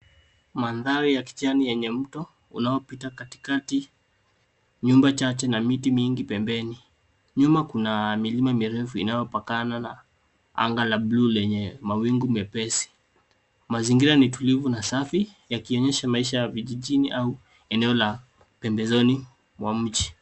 Mandhari ya kijani yenye mto unaopita katikati, nyumba chache na miti mingi. Pembeni nyuma kuna milima mirefu inayopakana na anga la bluu lenye mawingu mepesi. Mazingira ni tulivu na safi yakionyesha maisha ya vijijini au eneo la pembezoni mwa mji.